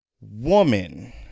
Woman